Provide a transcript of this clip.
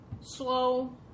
slow